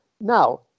Now